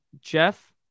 Jeff